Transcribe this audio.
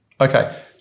Okay